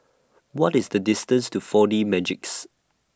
What IS The distance to four D Magix